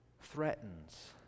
threatens